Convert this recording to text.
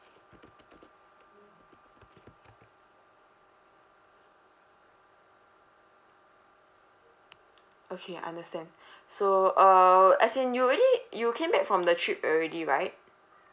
okay understand so uh as in you already you came back from the trip already right